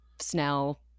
Snell